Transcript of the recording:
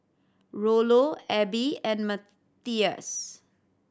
Rollo Abe and Matthias